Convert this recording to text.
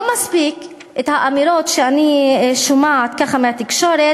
לא מספיק שיש אמירות שאני שומעת ככה בתקשורת,